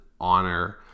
honor